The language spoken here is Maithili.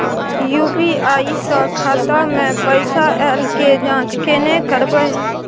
यु.पी.आई स खाता मे पैसा ऐल के जाँच केने करबै?